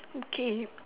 okay